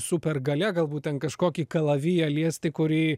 supergalia galbūt ten kažkokį kalaviją liesti kurį